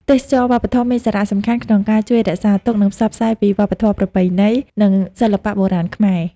ទេសចរណ៍វប្បធម៌មានសារៈសំខាន់ក្នុងការជួយរក្សាទុក និងផ្សព្វផ្សាយពីវប្បធម៌ប្រពៃណី និងសិល្បៈបុរាណខ្មែរ។